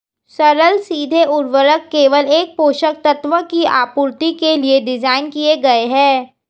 सरल सीधे उर्वरक केवल एक पोषक तत्व की आपूर्ति के लिए डिज़ाइन किए गए है